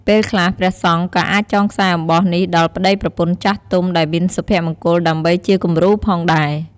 ពេលខ្លះ ព្រះសង្ឃក៏អាចចងខ្សែអំបោះនេះដល់ប្ដីប្រពន្ធចាស់ទុំដែលមានសុភមង្គលដើម្បីជាគំរូផងដែរ។